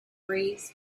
breeze